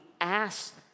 ask